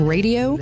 Radio